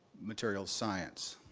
material science.